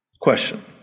Question